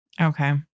Okay